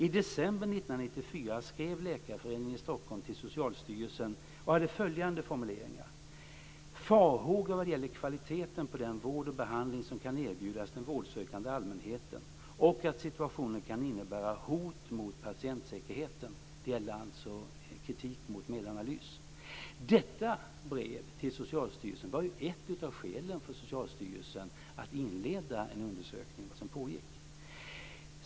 I december 1994 skrev Läkarföreningen i Stockholm till Socialstyrelsen och hade följande formuleringar: farhågor vad gäller kvaliteten på den vård och behandling som kan erbjudas den vårdsökande allmänheten och att situationen kan innebära hot mot patientsäkerheten. Det gäller alltså en kritik mot Medanalys. Detta brev till Socialstyrelsen var ett av skälen för Socialstyrelsen att inleda en undersökning av vad som pågick.